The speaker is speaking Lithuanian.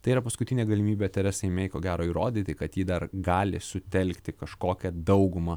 tai yra paskutinė galimybė teresai mei ko gero įrodyti kad ji dar gali sutelkti kažkokią daugumą